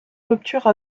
rupture